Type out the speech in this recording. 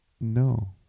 No